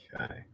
Okay